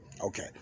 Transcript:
Okay